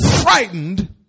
Frightened